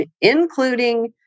including